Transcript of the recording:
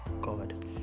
God